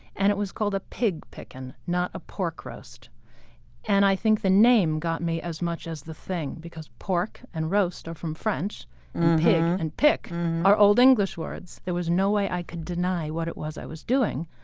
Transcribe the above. and it was called a pig pickin', not a pork roast and i think the name got me as much as the thing because pork and roast are from french, and pig and pick are old english words. there was no way i could deny what it was i was doing.